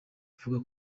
bivuga